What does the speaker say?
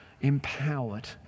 empowered